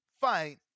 fight